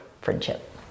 friendship